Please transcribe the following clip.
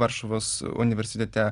varšuvos universitete